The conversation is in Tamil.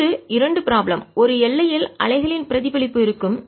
அடுத்து இரண்டு ப்ராப்ளம் ஒரு எல்லையில் அலைகளின் பிரதிபலிப்பு இருக்கும்